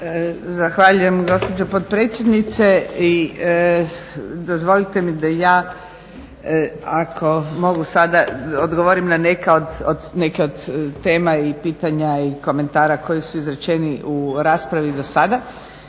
Zahvaljujem gospođo potpredsjednice i dozvolite mi da ja ako mogu sada da odgovorim na neka od tema i pitanja i komentara koji su izrečeni u raspravi do sada